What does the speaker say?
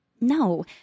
no